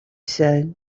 said